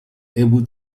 able